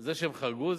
זה שהם חרגו?